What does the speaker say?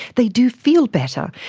they do feel better.